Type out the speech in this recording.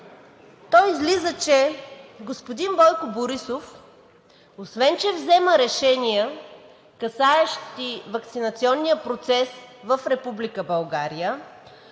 то излиза, че господин Бойко Борисов, освен че взема решения, касаещи ваксинационния процес в Република България,